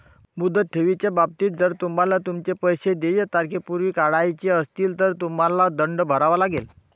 मुदत ठेवीच्या बाबतीत, जर तुम्हाला तुमचे पैसे देय तारखेपूर्वी काढायचे असतील, तर तुम्हाला दंड भरावा लागेल